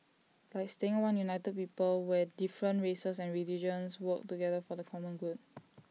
like staying one united people where different races and religions work together for the common good